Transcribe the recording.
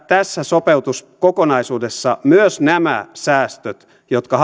tässä sopeutuskokonaisuudessa myös nämä säästöt jotka